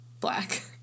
black